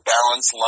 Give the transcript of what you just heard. Balance